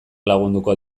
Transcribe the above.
lagunduko